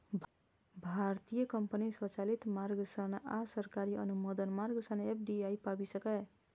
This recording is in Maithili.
भारतीय कंपनी स्वचालित मार्ग सं आ सरकारी अनुमोदन मार्ग सं एफ.डी.आई पाबि सकैए